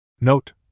Note